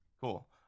cool